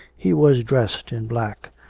he was dressed in black,